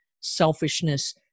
selfishness